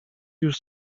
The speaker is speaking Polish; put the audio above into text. już